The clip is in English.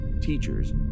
teachers